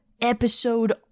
episode